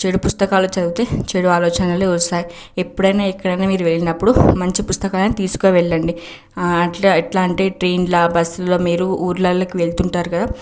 చెడు పుస్తకాలు చదివితే చెడు ఆలోచనలే వస్తాయి ఎప్పుడైనా ఎక్కడైనా మీరు వెళ్ళినప్పుడు మంచి పుస్తకాలనే తీసుకువెళ్ళండి ఆ అట్ల ఎట్లా అంటే ట్రైన్ల బస్సులో మీరు ఊళ్ళలోకి వెళుతుంటారు కదా